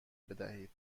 بدهید